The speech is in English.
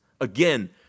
again